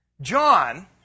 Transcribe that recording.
John